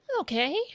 okay